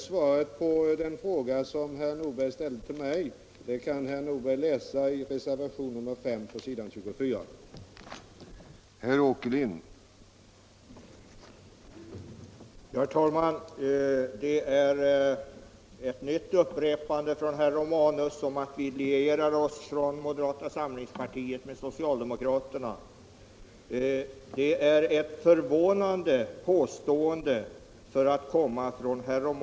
Svaret på den fråga som herr Nordberg ställde till mig kan herr Nordberg läsa i reservationen 5, s. 24 i betänkandet.